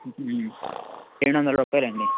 రెండు వందల రూపాయలు అండి